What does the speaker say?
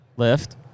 Lift